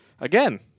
Again